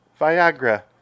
viagra